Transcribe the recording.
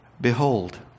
behold